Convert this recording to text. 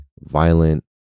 violent